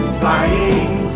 flying